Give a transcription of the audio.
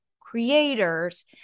creators